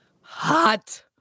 Hot